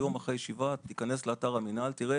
היום אחרי הישיבה תיכנס לאתר המינהל ותראה